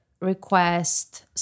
request